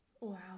wow